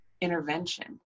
intervention